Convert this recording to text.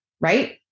right